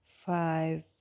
five